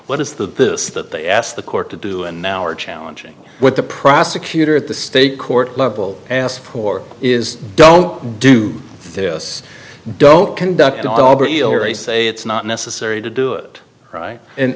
what is that this that they asked the court to do and now are challenging what the prosecutor at the state court level asked for is don't do this don't conduct i'll say it's not necessary to do it right